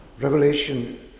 Revelation